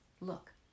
Look